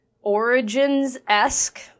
origins-esque